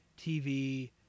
TV